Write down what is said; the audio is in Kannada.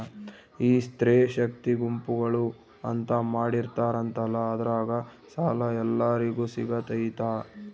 ಈ ಸ್ತ್ರೇ ಶಕ್ತಿ ಗುಂಪುಗಳು ಅಂತ ಮಾಡಿರ್ತಾರಂತಲ ಅದ್ರಾಗ ಸಾಲ ಎಲ್ಲರಿಗೂ ಸಿಗತೈತಾ?